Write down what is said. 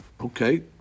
Okay